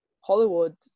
Hollywood